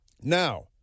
Now